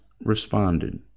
responded